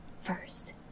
First